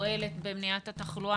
ברירת המחדל צריכה להיות לטובת הציבור.